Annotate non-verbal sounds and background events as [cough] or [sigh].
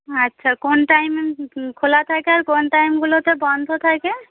হ্যাঁ আচ্ছা কোন টাইম [unintelligible] খোলা থাকে আর কোন টাইমগুলোতে বন্ধ থাকে